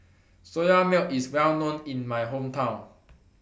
Soya Milk IS Well known in My Hometown